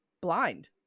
blind